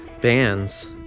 bands